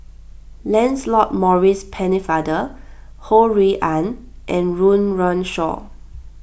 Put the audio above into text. Lancelot Maurice Pennefather Ho Rui An and Run Run Shaw